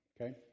Okay